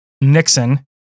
Nixon